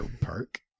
park